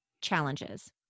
challenges